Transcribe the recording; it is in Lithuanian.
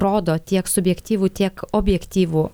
rodo tiek subjektyvų tiek objektyvų